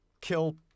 kill